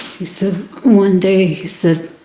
he said one day he said,